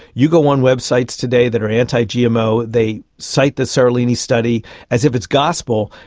you go on websites today that are anti-gmo, they cite the seralini study as if it's gospel,